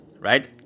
right